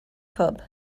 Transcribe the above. cub